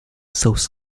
south